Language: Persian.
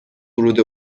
ورود